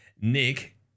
Nick